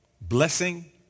blessing